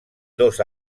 dos